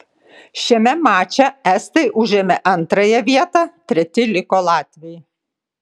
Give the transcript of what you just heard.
šiame mače estai užėmė antrąją vietą treti liko latviai